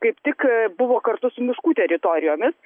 kaip tik buvo kartu su miškų teritorijomis